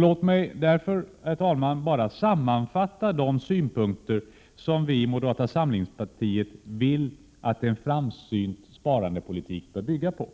Låt mig, herr talman, bara sammanfatta de synpunker som vi i moderata samlingspartiet vill att en framsynt sparandepolitik bör bygga på.